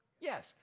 Yes